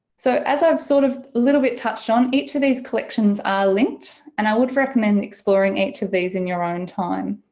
so as i've sort of a little bit touched on. each of these collections are linked and i would recommend exploring each of these in your own time.